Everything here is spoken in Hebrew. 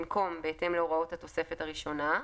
במקום "בהתאם להוראות התוספת הראשונה"